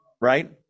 right